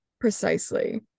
Precisely